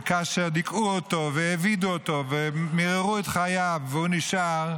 וכאשר דיכאו אותו והעבידו אותו ומיררו את חייו והוא נשאר,